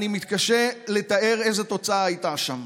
אני מתקשה לתאר איזו תוצאה הייתה שם.